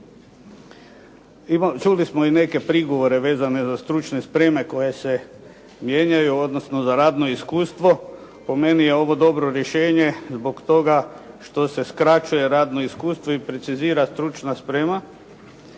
Čuli smo i neke prigovore vezane za stručne spreme koje se mijenjaju odnosno za radno iskustvo. Po meni je ovo dobro rješenje zbog toga što se skraćuje radno iskustvo i precizira stručna sprema